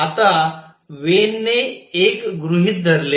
आता वेन ने एक गृहित धरले